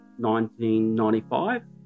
1995